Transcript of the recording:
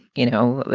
you know,